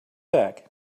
back